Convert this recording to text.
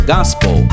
Gospel